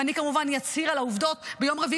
ואני כמובן אצהיר על העובדות ביום רביעי,